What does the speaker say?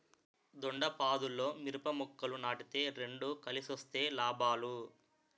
దొండపాదుల్లో మిరప మొక్కలు నాటితే రెండు కలిసొస్తే లాభాలు